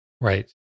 Right